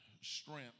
strength